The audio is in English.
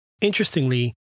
Interestingly